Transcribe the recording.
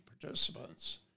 participants